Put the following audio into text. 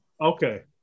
okay